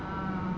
ya